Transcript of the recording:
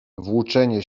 włóczenie